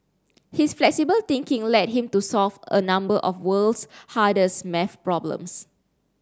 his flexible thinking led him to solve a number of world's hardest maths problems